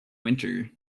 winter